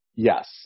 Yes